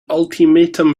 ultimatum